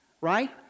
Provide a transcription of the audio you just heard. Right